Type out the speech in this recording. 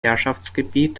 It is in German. herrschaftsgebiet